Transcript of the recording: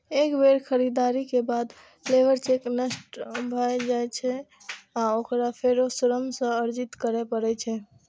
एक बेर खरीदारी के बाद लेबर चेक नष्ट भए जाइ छै आ ओकरा फेरो श्रम सँ अर्जित करै पड़ै छै